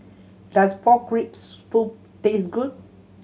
does pork rib taste good